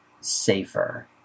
safer